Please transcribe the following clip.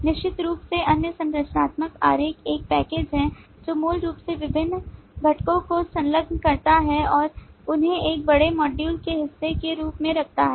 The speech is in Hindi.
निश्चित रूप से अन्य संरचनात्मक आरेख एक पैकेज है जो मूल रूप से विभिन्न घटकों को संलग्न करता है और उन्हें एक बड़े मॉड्यूल के हिस्से के रूप में रखता है